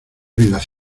vidas